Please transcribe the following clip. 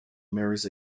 marries